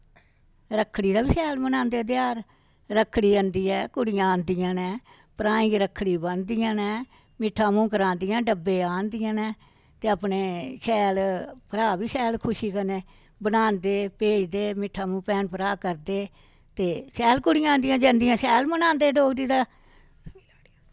रक्खड़ी दा बी शैल मनांदे तेहार रक्खड़ी आंदी ऐ कुड़ियां आंदियां न भ्राएं गी रक्खड़ी बनदियां न मिट्ठा मूंह् करांदियां डब्बे आंदियां न ते अपने शैल भ्राऽ बी शैल खुशी कन्नै बनांदे भेजदे मिट्ठा मूंह् भैन भ्राऽ करदे ते शैल कुड़ियां आंदियां जंदियां शैल मनांदे डोगरी दा